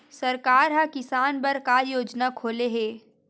सरकार ह किसान बर का योजना खोले हे?